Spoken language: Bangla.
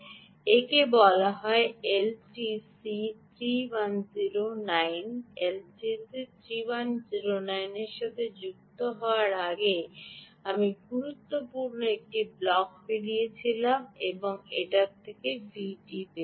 একে বলা হয় এলটিসি 3109 the এলটিসি 3109 এর সাথে সংযুক্ত হওয়ার আগে আমি খুব গুরুত্বপূর্ণ একটি ব্লক পেরিয়েছিলাম এবং আমি এখানে ভিটি পেয়েছি